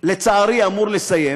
לצערי אמור לסיים,